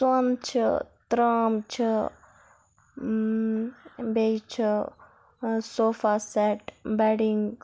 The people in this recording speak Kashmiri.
سۄن چھِ ترٛام چھِ بیٚیہِ چھِ سوفا سیٚٹ بیٚڈِنٛگ